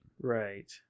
Right